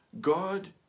God